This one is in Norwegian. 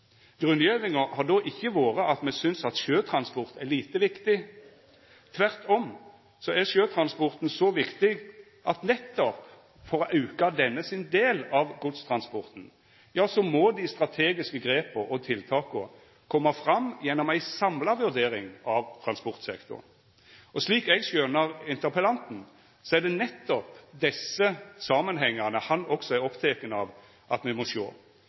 Grunngjevinga har då ikkje vore at me synest at sjøtransporten er lite viktig. Tvert om er sjøtransporten så viktig at nettopp for å auka denne transporten sin del av godstransporten må dei strategiske grepa og tiltaka koma fram gjennom ei samla vurdering av transportsektoren. Slik eg skjønar interpelleanten, er det nettopp desse samanhengane han også er oppteken av at me må sjå